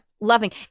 loving